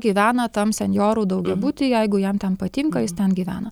gyvena tam senjorų daugiabuty jeigu jam ten patinka jis ten gyvena